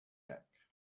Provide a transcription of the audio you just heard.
deck